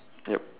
yup